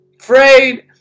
afraid